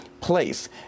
place